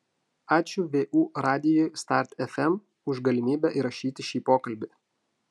ačiū vu radijui start fm už galimybę įrašyti šį pokalbį